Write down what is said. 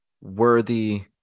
worthy